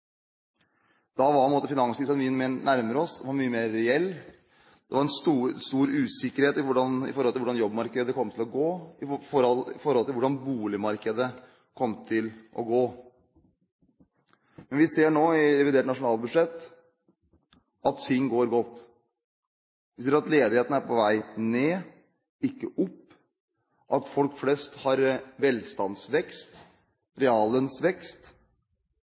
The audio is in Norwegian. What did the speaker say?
Da var finanskrisen på en måte mye nærmere oss, den var mye mer reell, det var stor usikkerhet omkring jobbmarkedet og omkring boligmarkedet. Men vi ser nå i revidert nasjonalbudsjett, at ting går godt. Vi ser at ledigheten er på vei ned – ikke opp – at folk flest har velstandsvekst og reallønnsvekst.